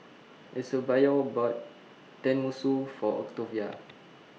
Eusebio bought Tenmusu For Octavia